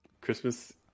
Christmas